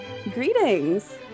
Greetings